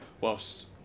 whilst